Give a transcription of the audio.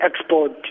export